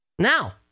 Now